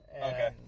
Okay